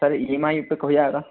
sir E M I इस पर हो जाएगा